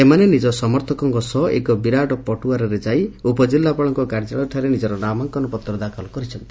ଏମାନେ ନିଜ ସମର୍ଥକଙ୍କ ସହ ଏକ ବିରାଟ ପଟୁଆରରେ ଯାଇ ଉପଜିଲ୍ଲାପାଳ କାର୍ଯ୍ୟାଳୟଠାରେ ନିଜର ନାମାଙ୍କନ ଦାଖଲ କରିଛନ୍ତି